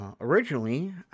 Originally